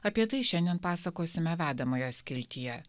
apie tai šiandien pasakosime vedamojoj skiltyje